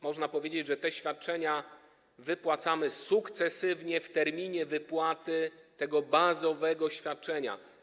Można powiedzieć, że te świadczenia wypłacamy sukcesywnie w terminie wypłaty bazowego świadczenia.